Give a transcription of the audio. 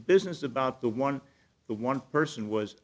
business about the one the one person was